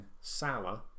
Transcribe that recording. Salah